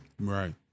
Right